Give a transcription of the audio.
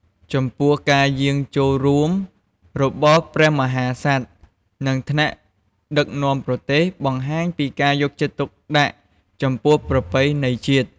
ចំពោះការយាងចូលរួមរបស់ព្រះមហាក្សត្រ និងថ្នាក់ដឹកនាំប្រទេស បង្ហាញពីការយកចិត្តទុកដាក់ចំពោះប្រពៃណីជាតិ។